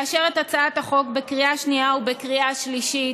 לאשר את הצעת החוק בקריאה שנייה ובקריאה שלישית.